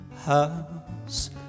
house